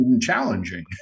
challenging